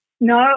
No